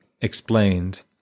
explained